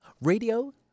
radio